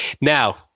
now